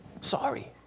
Sorry